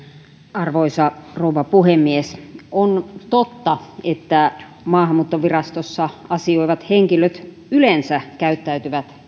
arvoisa rouva puhemies on totta että maahanmuuttovirastossa asioivat henkilöt yleensä käyttäytyvät